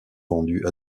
vendus